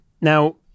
Now